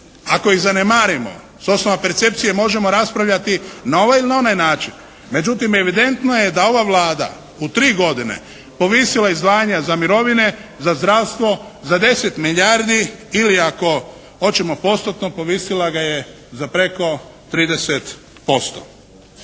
ako ih zanemarimo s osnova percepcije možemo raspravljati na ovaj ili na onaj način, međutim evidentno je da ova Vlada u tri godine povisila je izdvajanja za mirovine, za zdravstvo za 10 milijardi ili ako hoćemo postotno, povisila ga je za preko 30%.